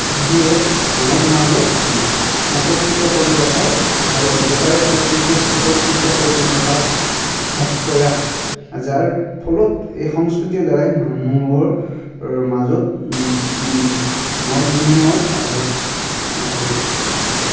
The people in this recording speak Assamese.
সি এক মানৱ সমাজক একত্ৰিত কৰি ৰখাৰ দায়বদ্ধতাৰে একত্ৰিত একত্ৰিত কৰি ৰখাৰ এক প্ৰয়াস যাৰ ফলত এই সংস্কৃতিৰ দ্বাৰাই মানুহৰ মাজত মত বিনিময় আৰু